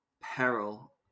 peril